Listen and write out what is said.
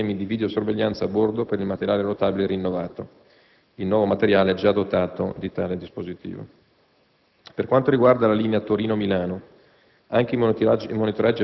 infine, installazione di sistemi di videosorveglianza a bordo per il materiale rotabile rinnovato (il nuovo materiale è già dotato di tale dispositivo). Per quanto riguarda la linea Torino-Milano,